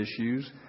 issues